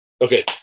Okay